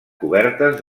cobertes